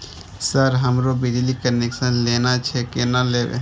Sir हमरो बिजली connection लेना छे केना लेबे?